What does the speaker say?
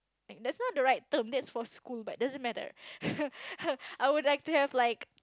that's not the right term that's for school but doesn't matter I would like to have like